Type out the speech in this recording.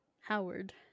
Howard